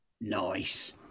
Nice